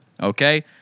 okay